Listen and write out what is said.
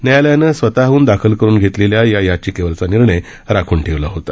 न्यायालयानं स्वतहन दाखल करून घेतलेल्या या याचिकेवरचा निर्णय राखून ठेवला होता